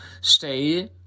stay